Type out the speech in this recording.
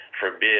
forbid